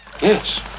Yes